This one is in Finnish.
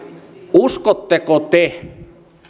uskotteko te